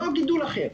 לא גידול אחר.